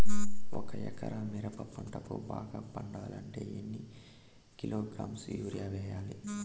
ఒక ఎకరా మిరప పంటకు బాగా పండాలంటే ఎన్ని కిలోగ్రామ్స్ యూరియ వెయ్యాలి?